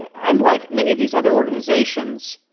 and unlike many of these other organizations,